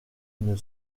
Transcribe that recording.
une